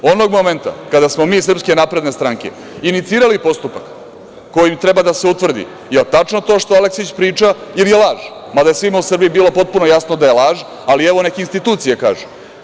Onog momenta kada smo mi iz SNS inicirali postupak kojim treba da se utvrdi jel tačno to što Aleksić priča ili je laž, mada je svima u Srbiji bilo potpuno jasno da je laž, ali, evo, neka institucije kažu.